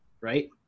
right